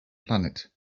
planet